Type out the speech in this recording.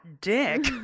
dick